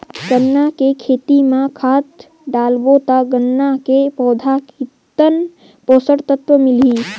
गन्ना के खेती मां खाद डालबो ता गन्ना के पौधा कितन पोषक तत्व मिलही?